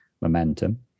momentum